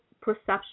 perception